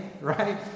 Right